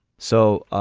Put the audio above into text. so